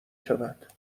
شود